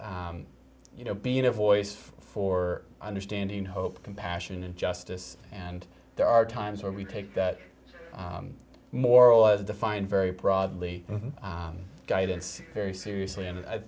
you know being a voice for understanding hope compassion and justice and there are times when we take that moral is defined very broadly with guidance very seriously and